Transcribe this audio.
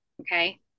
Okay